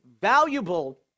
valuable